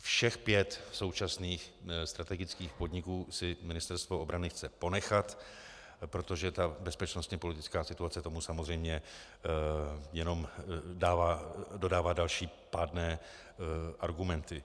Všech pět současných strategických podniků si Ministerstvo obrany chce ponechat, protože bezpečnostněpolitická situace tomu samozřejmě jenom dodává další pádné argumenty.